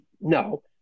No